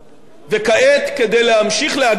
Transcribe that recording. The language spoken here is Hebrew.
כדי להמשיך להגן על כלכלת ישראל,